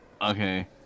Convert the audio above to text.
Okay